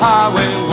Highway